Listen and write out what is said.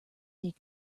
dig